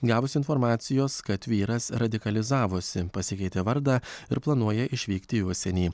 gavus informacijos kad vyras radikalizavosi pasikeitė vardą ir planuoja išvykti į užsienį